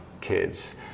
kids